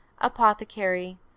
apothecary